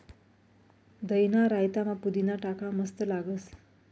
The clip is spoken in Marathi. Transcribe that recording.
दहीना रायतामा पुदीना टाका मस्त लागस